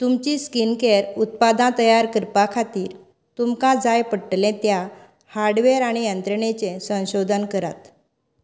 तुमचीं skin care उत्पादां तयार करपा खातीर तुमकां जाय पडटले त्या हार्डवॅर आनी यंत्रणेचे संशोधन करात